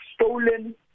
stolen